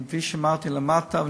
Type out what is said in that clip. כפי שאמרתי למטה,